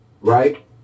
right